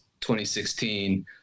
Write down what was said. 2016